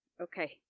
okay